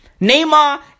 Neymar